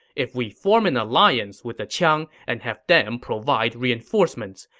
if we form an alliance with the qiang and have them provide reinforcement,